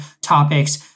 topics